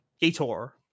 Gator